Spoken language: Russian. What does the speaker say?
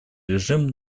режим